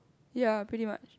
ya pretty much